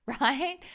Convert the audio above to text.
right